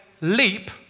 leap